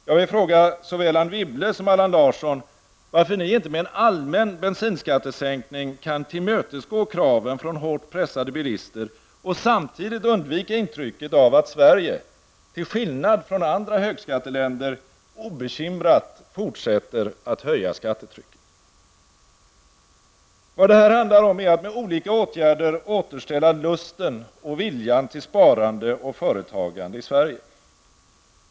Jag vill fråga såväl Anne Wibble som Allan Larsson varför ni inte med en allmän bensinskattesänkning kan tillmötesgå kraven från hårt pressade bilister och samtidigt undvika intrycket av att Sverige, till skillnad från andra högskatteländer, obekymrat fortsätter att höja skattetrycket. Vad det här handlar om är att med olika åtgärder återställa lusten och viljan till sparande och företagande i Sverige.